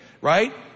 right